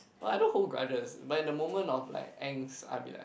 but I don't hold grudges but in the moment of like angst I will be like